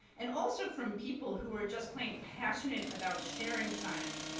and also from people who are just plain passionate about sharing science,